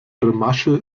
masche